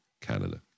Canada